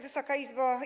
Wysoka Izbo!